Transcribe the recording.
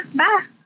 bye